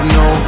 no